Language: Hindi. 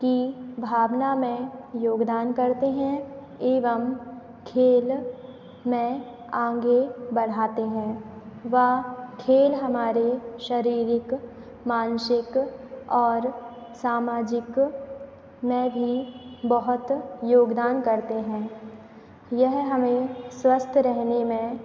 की भावना में योगदान करते हैं एवं खेल में आगें बढ़ाते हैं वा खेल हमारे शारीरिक मानसिक और सामाजिक में भी बहुत योगदान करते हैं यह हमें स्वस्थ रहने में